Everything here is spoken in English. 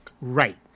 Right